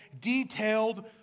detailed